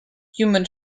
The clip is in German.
human